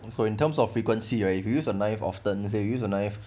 so in terms of frequency right if you use a knife often say use a knife